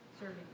Serving